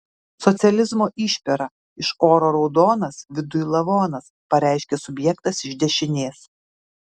socializmo išpera iš oro raudonas viduj lavonas pareiškė subjektas iš dešinės